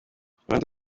ndi